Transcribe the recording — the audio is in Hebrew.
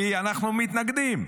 כי אנחנו מתנגדים.